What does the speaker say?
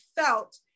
felt